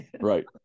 right